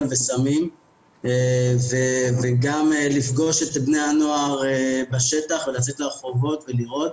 וסמים וגם לפגוש את בני הנוער בשטח ולצאת לרחובות ולראות,